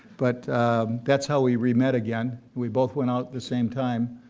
but that's how we re-met again. we both went out the same time,